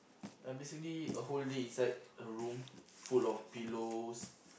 ya basically a whole day inside a room full of pillows